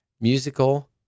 musical